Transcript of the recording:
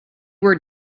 were